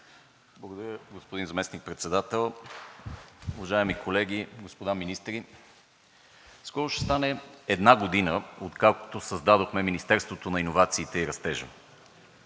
Благодаря, господин Председател. Уважаеми колеги, господа министри! Скоро ще стане една година, откакто създадохме Министерството на иновациите и растежа,